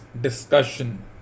discussion